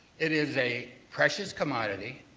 it is a precious commodity.